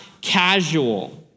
casual